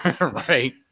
Right